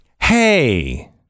Hey